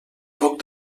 poc